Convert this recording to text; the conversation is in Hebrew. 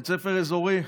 בית ספר אזורי.